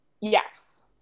yes